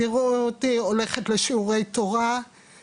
תראו אותי הולכת לשיעורי תורה,